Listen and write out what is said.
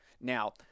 Now